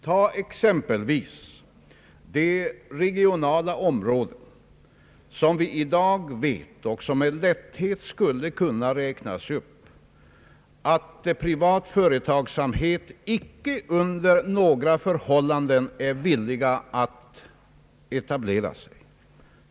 Ta exempelvis de regionala områden, som med lätthet skulle kunna räknas upp, där vi i dag vet att privat företagsamhet icke under några förhållanden är villig att etablera sig.